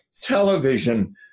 television